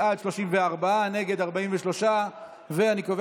תוצאות ההצבעה הן בעד, 33, נגד, 43. אין נמנעים.